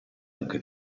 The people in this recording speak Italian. anche